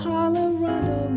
Colorado